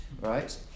Right